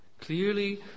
Clearly